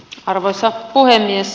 arvoisa puhemies